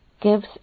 gives